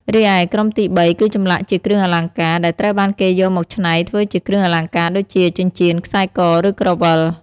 រីឯ ក្រុមទីបីគឺចម្លាក់ជាគ្រឿងអលង្ការ ដែលត្រូវបានគេយកមកច្នៃធ្វើជាគ្រឿងអលង្ការដូចជា ចិញ្ចៀន ខ្សែក ឬក្រវិល។